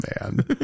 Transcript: man